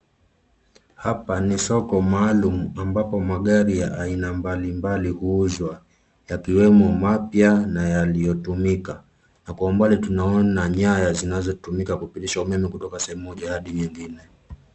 Hapa ni soko maalum ambapo magari ya aina mbalimbali huuzwa, yakiwemo mapya na yaliyotumika na kwa umbali tunaona nyaya zinazotumika kupitisha umeme kutoka sehemu moja hadi nyingine.